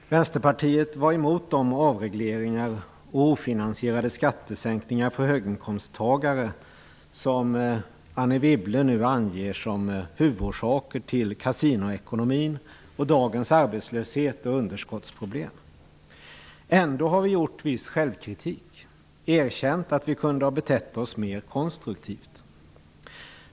Fru talman! Vänsterpartiet var emot de avregleringar och ofinansierade skattesänkningar för höginkomsttagare som Anne Wibble nu anger som huvudorsaker till kasinoekonomin och dagens arbetslöshet och underskottsproblem. Trots det har vi gjort viss självkritik, erkänt att vi kunde ha betett oss mer konstruktivt.